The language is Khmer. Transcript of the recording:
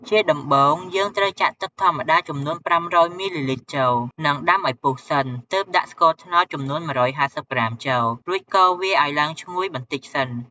ជាដំបូង យើងត្រូវចាក់ទឹកធម្មតាចំនួន ៥០០ មីលីលីត្រចូល និងដាំឱ្យពុះសិន ទើបដាក់ស្ករត្នោតចំនួន ១៥០ក្រាមចូល រួចកូរវាឲ្យឡើងឈ្ងុយបន្តិចសិន។